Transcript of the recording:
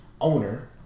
owner